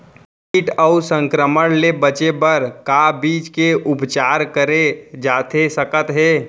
किट अऊ संक्रमण ले बचे बर का बीज के उपचार करे जाथे सकत हे?